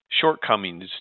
shortcomings